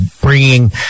bringing